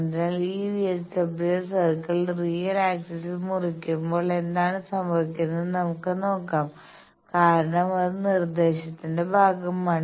അതിനാൽ ഈ VSWR circle real axis മുറിക്കുമ്പോൾ എന്താണ് സംഭവിക്കുന്നതെന്ന് നമുക്ക് നോക്കാം കാരണം അത് നിർദ്ദേശത്തിന്റെ ഭാഗമാണ്